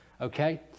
Okay